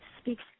speaks